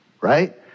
Right